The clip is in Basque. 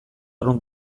arrunt